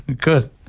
good